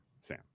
Sam